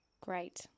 Great